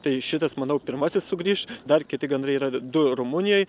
tai šitas manau pirmasis sugrįš dar kiti gandrai yra du rumunijoj